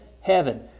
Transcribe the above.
heaven